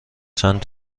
چند